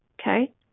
Okay